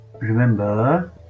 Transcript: Remember